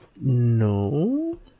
no